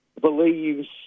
believes